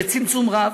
בצמצום רב.